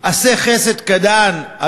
עשה חסד קטן,